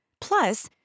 Plus